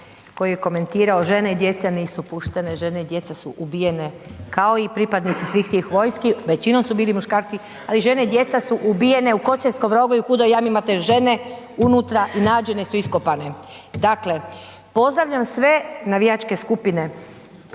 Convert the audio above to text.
koji je komentirao žene i djeca nisu puštene. Žene i djeca su ubijene, kao i pripadnici svih tih vojski, većinom su bili muškarci, ali žene i djeca su ubijene u Kočevskom Rogu i Hudoj Jami, imate žene unutra i nađene su iskopane. Dakle, pozdravljam sve navijačke skupine